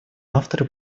авторы